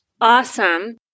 Awesome